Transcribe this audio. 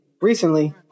recently